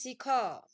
ଶିଖ